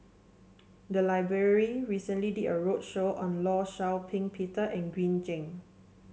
the library recently did a roadshow on Law Shau Ping Peter and Green Zeng